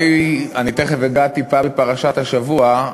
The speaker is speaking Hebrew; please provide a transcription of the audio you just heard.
אני תכף אגע טיפה בפרשת השבוע,